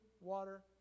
water